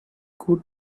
could